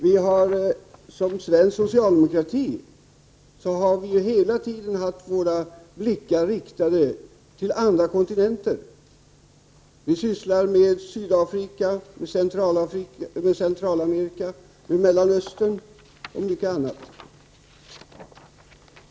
Vi från svensk socialdemokrati har hela tiden haft våra blickar riktade på andra kontinenter. Vi sysslar med frågor om Sydafrika, Centralamerika, Mellanöstern och mycket annat.